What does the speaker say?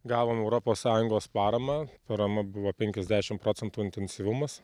gavom europos sąjungos paramą parama buvo penkiasdešimt procentų intensyvumas